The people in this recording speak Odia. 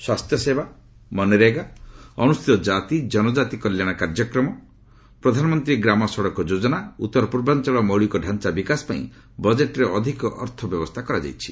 ସ୍ୱାସ୍ଥ୍ୟସେବା ମନରେଗା ଅନୁସ୍ଚିତ କାତି ଜନକାତି କଲ୍ୟାଣ କାର୍ଯ୍ୟକ୍ରମ ପ୍ରଧାନମନ୍ତ୍ରୀ ଗ୍ରାମ ସଡ଼କ ଯୋଜନା ଉଉର ପୂର୍ବାଞ୍ଚଳ ମୌଳିକଡାଞ୍ଚା ବିକାଶ ପାଇଁ ବଳେଟ୍ରେ ଅଧିକ ଅର୍ଥ ବ୍ୟବସ୍ଥା କରାଯାଇଛି